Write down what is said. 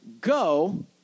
go